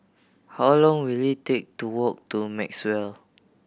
how long will it take to walk to Maxwell